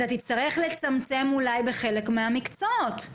אתה תצטרך לצמצם אולי בחלק מהמקצועות.